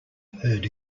heard